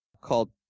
called